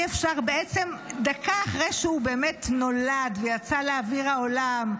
בעצם דקה אחת אחרי שהוא באמת נולד והגיע לאוויר העולם,